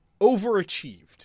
overachieved